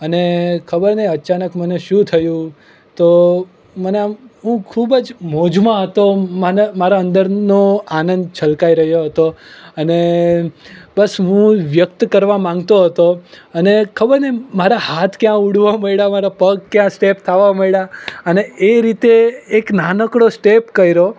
અને ખબર નહીં અચાનક મને શું થયું તો મને આમ હું ખૂબ જ મોજમાં હતો મને મારા અંદરનો છલકાઈ રહ્યો હતો અને બસ હું વ્યક્ત કરવા માગતો હતો અને ખબર નહીં મારા હાથ ક્યાં ઉડવા માંડ્યા મારા પગ ક્યાં સ્ટેપ થવા માંડ્યા અને એ રીતે એક નાનકડો સ્ટેપ કર્યો